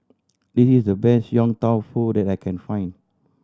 this is the best Yong Tau Foo that I can find